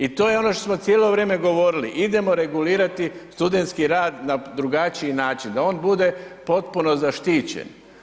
I to je ono što smo cijelo vrijeme govorili, idemo regulirati studentski rad na drugačiji način, da on bude potpuno zaštićen.